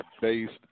based